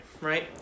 right